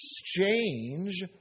exchange